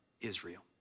Israel